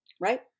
right